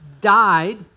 died